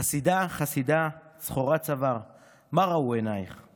// חסידה, חסידה, צחורת צוואר / מה ראו עינייך /